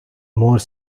more